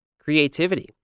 Creativity